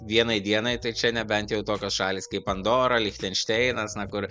vienai dienai tai čia nebent jau tokios šalys kaip andora lichtenšteinas na kur